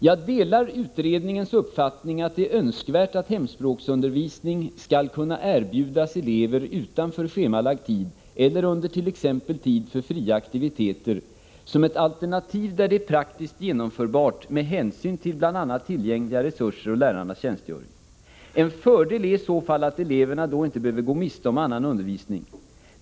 ”Jag delar utredningens uppfattning att det är önskvärt att hemspråksundervisning skall kunna erbjudas elever utanför schemalagd tid eller under t.ex. tid för fria aktiviteter som ett alternativ där det är praktiskt genomförbart med hänsyn till bl.a. tillgängliga resurser och lärarnas tjänstgöring. En fördel är i så fall att eleverna då inte behöver gå miste om annan undervisning.